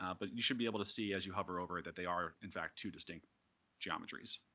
um but you should be able to see, as you hover over it, that they are in fact two distinct geometries.